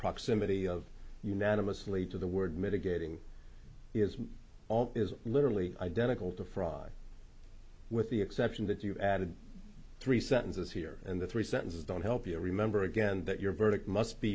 proximity of unanimously to the word mitigating is all is literally identical to fraud with the exception that you added three sentences here and the three sentences don't help you remember again that your verdict must be